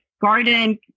garden